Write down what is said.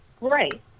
Right